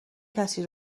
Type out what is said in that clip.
کسی